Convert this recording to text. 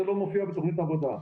זה לא מופיע בתוכנית העבודה.